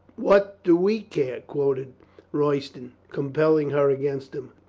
what do we care? quoth royston, compelling her against him.